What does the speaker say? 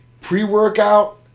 Pre-workout